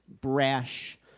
brash